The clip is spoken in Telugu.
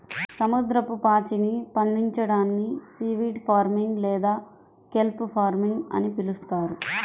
సముద్రపు పాచిని పండించడాన్ని సీవీడ్ ఫార్మింగ్ లేదా కెల్ప్ ఫార్మింగ్ అని పిలుస్తారు